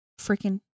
freaking